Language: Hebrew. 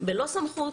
בלא סמכות,